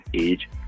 age